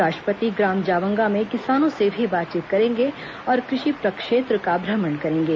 राष्ट्रपति ग्राम जवांगा में किसानों से भी बातचीत करेंगे और कृषि प्रक्षेत्र का भ्रमण करेंगे